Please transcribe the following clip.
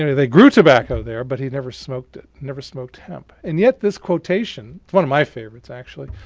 you know they grew tobacco there, but he never smoked it. he never smoked hemp. and yet this quotation it's one of my favorites, actually.